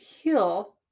heal